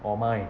all mine